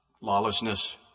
lawlessness